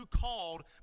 called